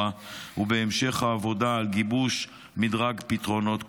ובהמשך העבודה על גיבוש מדרג פתרונות כולל.